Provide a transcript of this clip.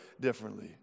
differently